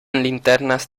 linternas